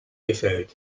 gefällt